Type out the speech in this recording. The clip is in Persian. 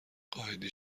قائدی